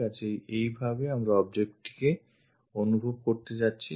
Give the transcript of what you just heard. কাজেই এইভাবে আমরা objectটিকে অনুভব করতে যাচ্ছি